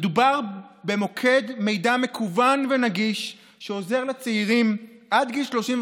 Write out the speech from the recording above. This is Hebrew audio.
מדובר במוקד מידע מקוון ונגיש שעוזר לצעירים עד גיל 35